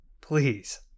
Please